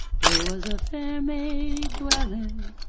there was a fair maid dwellin',